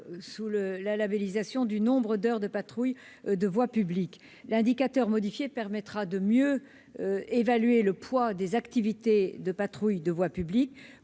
sous la labellisation « nombre d'heures de patrouille de voie publique ». L'indicateur modifié permettra de mieux évaluer le poids des activités de patrouille de voie publique